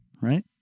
right